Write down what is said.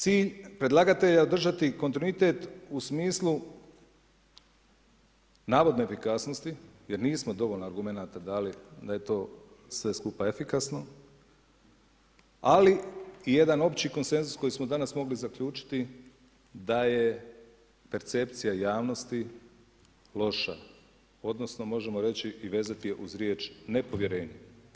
Cilj predlagatelja je održati kontinuitet u smislu navodne efikasnosti jer nismo dovoljno argumenata dali da je to sve skupa efikasno, ali jedan opći konsenzus koji smo danas mogli zaključiti da je percepcija javnosti loša, odnosno možemo reći i vezati je uz riječ nepovjerenje.